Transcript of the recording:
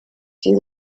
die